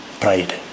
pride